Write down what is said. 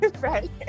Right